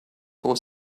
for